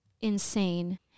insane